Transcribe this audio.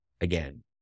again